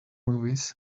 movies